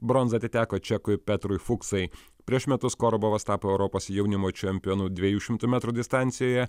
bronza atiteko čekui petrui fuksai prieš metus korobovas tapo europos jaunimo čempionu dviejų šimtų metrų distancijoje